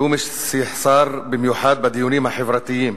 ג'ומס יחסר במיוחד בדיונים החברתיים,